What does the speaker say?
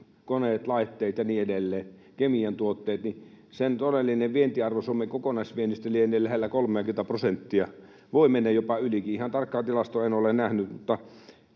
kemiantuotteet ja niin edelleen — niin sen todellinen vientiarvo Suomen kokonaisviennistä lienee lähellä 30:tä prosenttia, voi mennä jopa ylikin, ihan tarkkaa tilastoa en ole nähnyt. Tätä